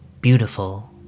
beautiful